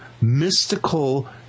mystical